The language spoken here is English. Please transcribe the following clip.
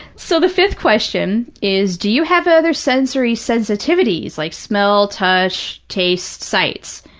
so the fifth question is, do you have other sensory sensitivities, like smell, touch, taste, sights?